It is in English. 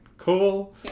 cool